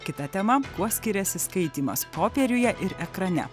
kita tema kuo skiriasi skaitymas popieriuje ir ekrane